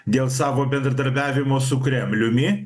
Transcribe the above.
dėl savo bendradarbiavimo su kremliumi